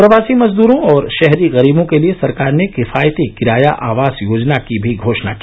प्रवासी मजदूरों और शहरी गरीबों के लिए सरकार ने किफायती किराया आवास योजना की भी घोषणा की